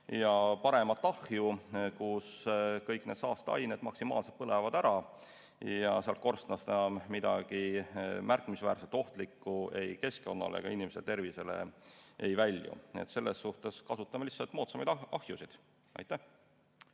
ja paremat ahju, kus kõik need saasteained maksimaalselt põlevad ära ja sealt korstnast enam midagi märkimisväärselt ohtlikku ei keskkonnale ega inimese tervisele ei välju. Nii et selles suhtes – kasutame lihtsalt moodsamaid ahjusid. Toomas